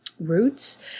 roots